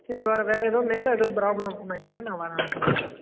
சரி வரேன் வேறு ஏதோ மேலே ஏதோ ப்ராப்ளம் இருக்கும்னு நினக்கிறேன் நான் வரேன் நான் வந்து பார்க்குறேன்